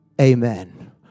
amen